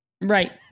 Right